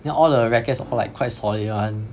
then all the rackets all like quite solid [one]